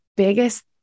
biggest